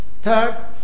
Third